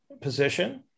position